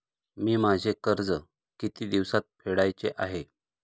मी माझे कर्ज किती दिवसांत फेडायचे आहे?